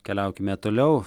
keliaukime toliau